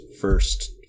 first